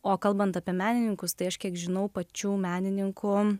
o kalbant apie menininkus tai aš kiek žinau pačių menininkų